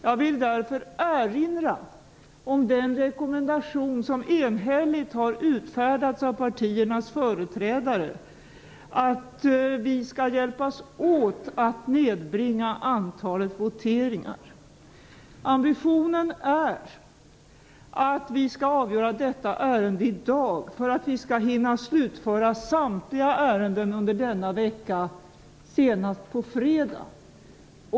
Jag vill därför erinra om den rekommendation som enhälligt har utfärdats av partiernas företrädare om att vi skall hjälpas åt att nedbringa antalet voteringar. Ambitionen är att vi skall avgöra detta ärende i dag så att vi hinner slutföra samtliga ärenden under denna vecka, senast på fredag.